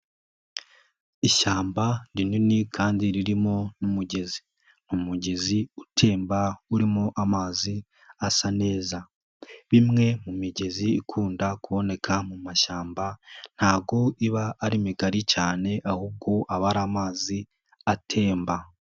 Ishyamba rinini kandi ririmo n'umugezi, umugezi utemba urimo amazi asa neza, imwe mu migezi ikunda kuboneka mu mashyamba ntago iba ari migari cyane ahubwo aba ari amazi atemba.